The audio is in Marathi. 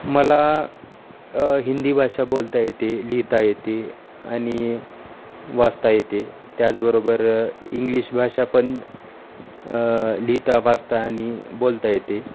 मला हिंदी भाषा बोलता येते लिहिता येते आणि वाचता येते त्याचबरोबर इंग्लिश भाषापण लिहिता वाचता आणि बोलता येते